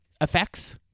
effects